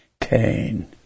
Cain